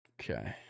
Okay